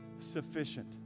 sufficient